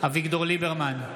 אביגדור ליברמן,